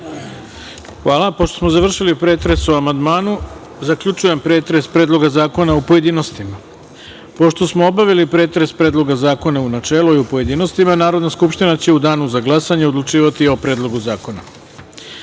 Hvala. Pošto smo završili pretres o amandmanu, zaključujem pretres Predloga zakona u pojedinostima. Pošto smo obavili pretres Predloga zakona u načelu i u pojedinostima, Narodna skupština će u Danu za glasanje odlučivati o Predlogu